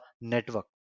network